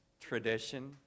tradition